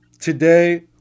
today